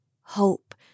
Hope